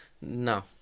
no